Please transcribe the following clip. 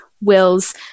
wills